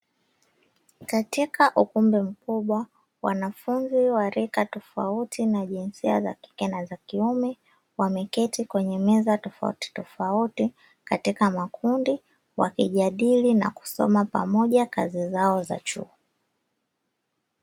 Katika ukumbi mkubwa wanafunzi wa rika tofauti na jinsia za kike na za kiume wameketi kwenye meza tofauti tofauti katika makundi wakijadili na kusoma pamoja kazi zao za chuo.